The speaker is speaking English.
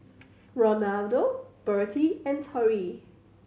Ronaldo Birtie and Torie